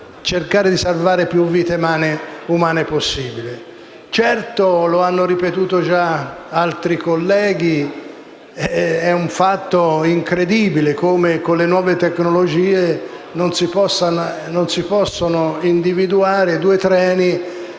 possa salvare più vite umane possibili. Certo - lo hanno ripetuto già altri colleghi - è un fatto incredibile come con le nuove tecnologie non si possano individuare due treni